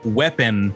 weapon